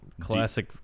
classic